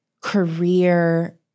career